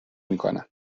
میکنم